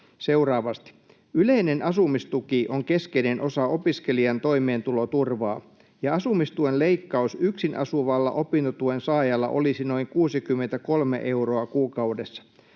seuraavasti: ”Yleinen asumistuki on keskeinen osa opiskelijan toimeentuloturvaa, ja asumistuen leikkaus yksin asuvalla opintotuen saajalla olisi noin 63 euroa kuukaudessa.